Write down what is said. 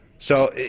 so,